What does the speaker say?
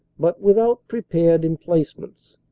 but without prepared emplacements.